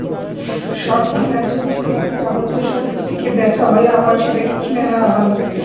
short finance হচ্ছে যাতে যাবতীয় সম্পত্তিকে বেচা হয় আবার সেটাকে কিনে নেওয়া হয়